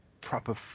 proper